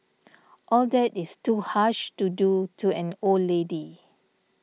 all that is too harsh to do to an old lady